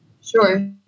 Sure